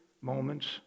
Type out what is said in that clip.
moments